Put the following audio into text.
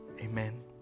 Amen